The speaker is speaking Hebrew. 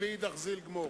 אדוני, ואידך זיל גמור.